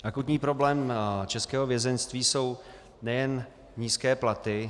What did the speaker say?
Akutní problém českého vězeňství jsou nejen nízké platy.